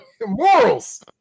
Morals